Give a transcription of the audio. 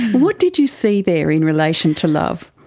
what did you see there in relation to love?